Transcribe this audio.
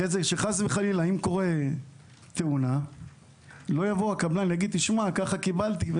אחרי כן אם חס וחלילה קורית תאונה לא יבוא הקבלן ויגיד: כך קיבלתי,